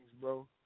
bro